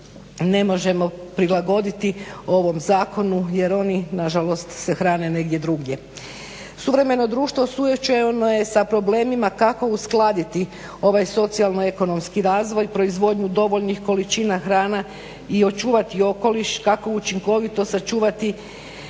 ne možemo prilagoditi ovom zakonu jer oni nažalost se hrane negdje drugdje. Suvremeno društvo osujećeno je sa problemima kako uskladiti ovaj socijalno ekonomski razvoj proizvodnju dovoljnih količina hrana i očuvati okoliš, kakao učinkovito sačuvati